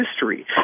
history